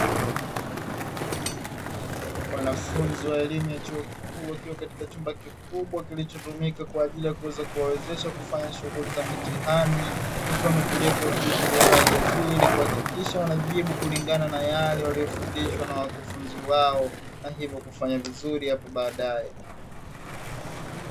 Wanafunzi wa elimu ya chuo kikuu wakiwa katika chumba kikubwa kilichotumika kwa ajili ya kuweza kuwawezesha kufanya shughuli za mitihani wakiwa wametulia kwa utulivu wa hali ya juu ili kuhakikisha wanajibu kulingana na yale waliofundishwa na wakufunzi wao, na hivyo kufanya vizuri hapo baadaye.